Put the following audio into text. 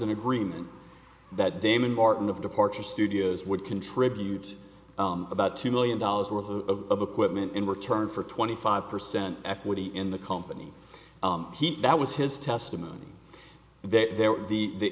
an agreement that damon martin of departure studios would contribute about two million dollars worth of equipment in return for twenty five percent equity in the company that was his testimony there the